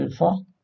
alpha